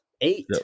eight